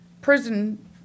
prison